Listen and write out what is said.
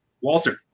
Walter